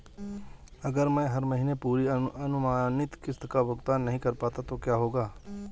अगर मैं हर महीने पूरी अनुमानित किश्त का भुगतान नहीं कर पाता तो क्या होगा?